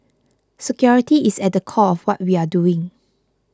security is at the core of what we are doing